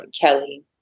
Kelly